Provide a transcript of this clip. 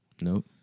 Nope